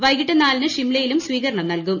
വൈകിട്ട് നാലിന് ഷിംലയിലും സ്വീകരണം നൽകും